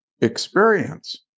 experience